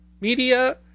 media